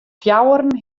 fjouweren